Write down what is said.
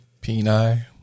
Peni